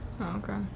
Okay